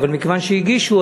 אבל מכיוון שהגישו,